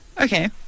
Okay